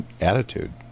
attitude